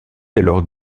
alors